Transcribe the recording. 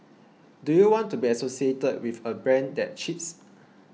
do you want to be associated with a brand that cheats